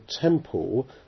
temple